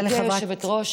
גברתי היושבת-ראש,